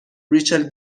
ریچل